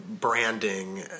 branding